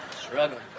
Struggling